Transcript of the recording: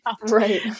Right